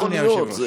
אדוני היושב-ראש.